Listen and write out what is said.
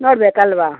ನೋಡಬೇಕಲ್ವ